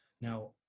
Now